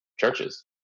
churches